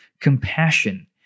compassion